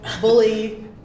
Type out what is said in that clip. bully